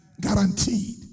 Guaranteed